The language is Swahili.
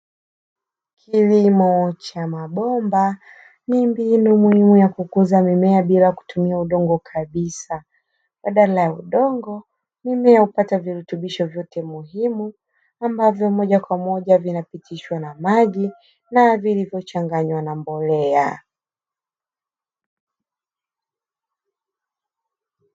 Kilimo cha mabomba ni mbinu muhimu ya kukuza mimea bila kutumia udongo kabisa, badala ya udongo mimea hupata virutubisho vyote muhimu ambavyo moja kwa moja vinapitishwa na maji na vilivyochanganywa na mbolea.